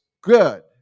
good